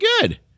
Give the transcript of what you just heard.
good